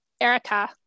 Erica